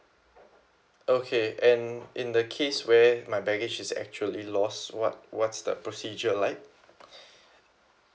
okay and in the case where my baggage is actually lost what what's the procedure like